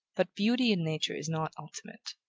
but beauty in nature is not ultimate.